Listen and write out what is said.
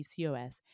PCOS